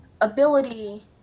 ability